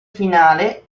finale